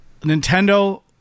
Nintendo